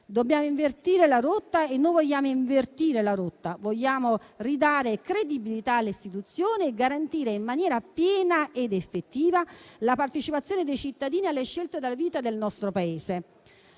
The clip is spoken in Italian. Dobbiamo e vogliamo invertire la rotta, restituendo credibilità alle Istituzioni e garantire, in maniera piena ed effettiva, la partecipazione dei cittadini alle scelte della vita del nostro Paese.